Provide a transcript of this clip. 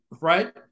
Right